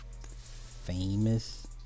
famous